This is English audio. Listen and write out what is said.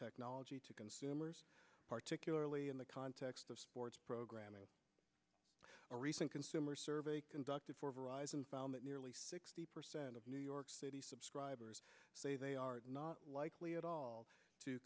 technology to consumers particularly in the context of sports graham in a recent consumer survey conducted for arise and found that nearly sixty percent of new york city subscribers say they are not likely at all to